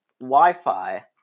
Wi-Fi